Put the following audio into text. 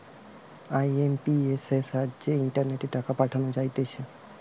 IMPS সাহায্যে ইন্টারনেটে টাকা পাঠানো যাইতেছে